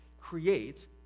creates